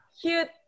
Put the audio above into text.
cute